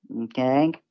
okay